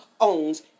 owns